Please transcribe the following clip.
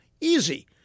Easy